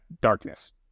darkness